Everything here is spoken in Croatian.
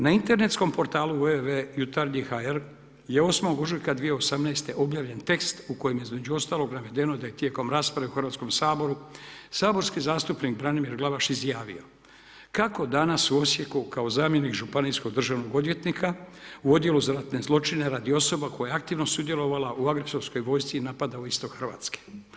Na internetskom portalu www.jutarnji.hr je 8.ožujka 2018. objavljen tekst u kojem je između ostalog navedeno da je tijekom rasprave u Hrvatskom saboru saborski zastupnik Branimir Glavaš izjavio: kako danas u Osijeku kao zamjenik Županijskog državnog odvjetnika u odjelu za ratne zločine radi osoba koja je aktivno sudjelovala u agresorskoj vojsci i napadala istok Hrvatske.